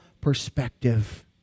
perspective